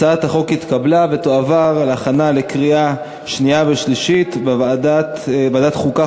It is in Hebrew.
הצעת החוק התקבלה ותועבר להכנה לקריאה שנייה ושלישית בוועדת החוקה,